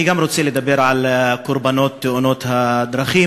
גם אני רוצה לדבר על קורבנות תאונות הדרכים,